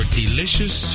delicious